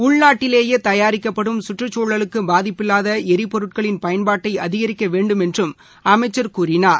உள்நாட்டிலேயேதயாரிக்கப்படும் கற்றுச்சூழலுக்குபாதிப்பில்லாதஎரிபொருட்களின் பயன்பாட்டைஅதிகரிக்கவேண்டும் என்றுஅமைச்சர் கூறினார்